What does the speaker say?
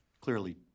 clearly